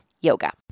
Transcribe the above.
yoga